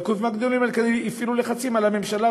והגופים הגדולים האלה כנראה הפעילו לחצים על הממשלה,